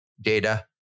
data